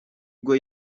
bwo